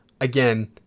again